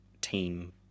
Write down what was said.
Team